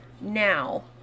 now